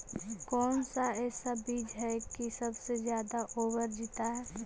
कौन सा ऐसा बीज है की सबसे ज्यादा ओवर जीता है?